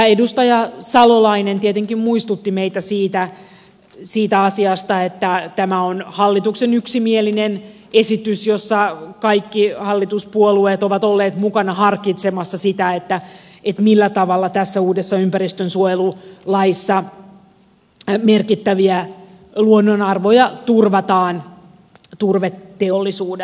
edustaja salolainen tietenkin muistutti meitä siitä asiasta että tämä on hallituksen yksimielinen esitys jossa kaikki hallituspuolueet ovat olleet mukana harkitsemassa sitä millä tavalla tässä uudessa ympäristönsuojelulaissa merkittäviä luonnonarvoja turvataan turveteollisuudelta